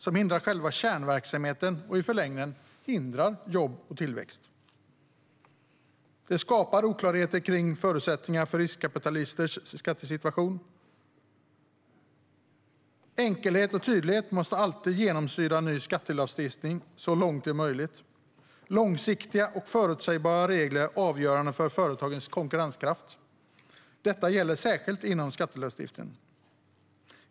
Det hindrar själva kärnverksamheten och i förlängningen jobb och tillväxt. Det skapar oklarheter kring förutsättningar för riskkapitalisters skattesituation. Enkelhet och tydlighet måste alltid genomsyra ny skattelagstiftning, så långt det är möjligt. Långsiktiga och förutsägbara regler är avgörande för företagens konkurrenskraft. Detta gäller särskilt inom skattelagstiftningen.